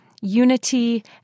unity